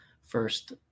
first